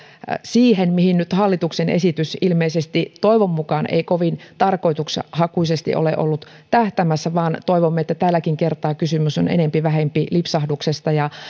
siihen mihin nyt hallituksen esitys toivon mukaan ei kovin tarkoitushakuisesti ole ollut tähtäämässä vaan toivomme että tälläkin kertaa kysymys on enempi vähempi lipsahduksesta